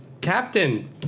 Captain